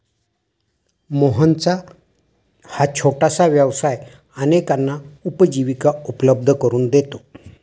मोहनचा हा छोटासा व्यवसाय अनेकांना उपजीविका उपलब्ध करून देतो